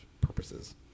purposes